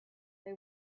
they